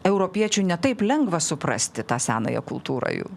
europiečiui ne taip lengva suprasti tą senąją kultūrą jų